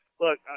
look